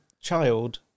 child